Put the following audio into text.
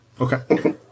Okay